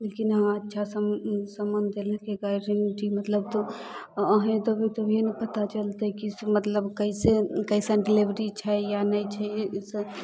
बल्कि अहाँ अच्छा समा समान दैके गारेंटी मतलब अहीं देबै तभी ने पता चलतै की मतलब कैसे कैसन डीलेभरी छै या नहि छै से